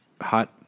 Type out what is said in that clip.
hot